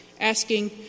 asking